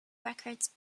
records